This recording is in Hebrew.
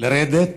לרדת